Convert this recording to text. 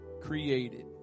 created